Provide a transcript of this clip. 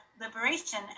liberation